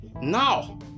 now